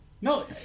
No